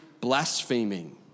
blaspheming